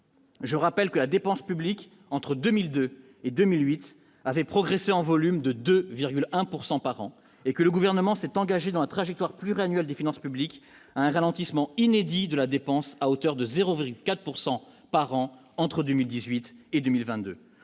Je rappelle que la dépense publique entre 2002 et 2008 avait progressé en volume de 2,1 pourcent par an et que le gouvernement s'est engagé dans la trajectoire pluriannuelle des finances publiques, un ralentissement inédit de la dépense à hauteur de 0 4 pourcent par an entre 2018 et 2022,